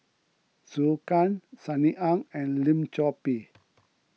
Zhou Can Sunny Ang and Lim Chor Pee